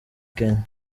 kenya